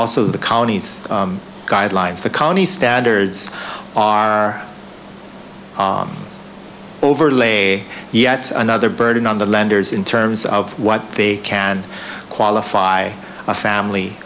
also the colonies guidelines the county standards are overlay yet another burden on the lenders in terms of what they can qualify a family